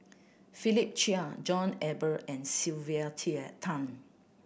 Philip Chia John Eber and Sylvia Tan